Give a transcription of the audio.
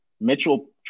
Mitchell